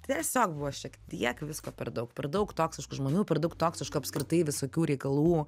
tiesiog buvo šiek tiek visko per daug per daug toksiškų žmonių per daug toksiškų apskritai visokių reikalų